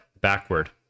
backward